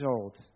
old